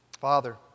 Father